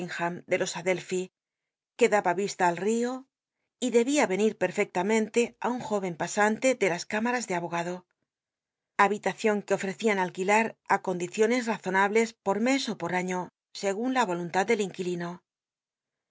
de los adclphi que daba vista al río y dcbia con biblioteca nacional de las cámaras e abogado habitacion que ofrccian alquilar i condiciones azonable por mes ó i ot año segun la yoiuntad del inquilino